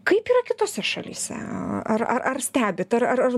kaip yra kitose šalyse ar ar ar stebit ar ar ar